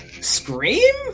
Scream